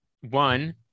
One